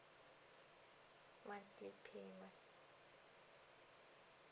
one twenty one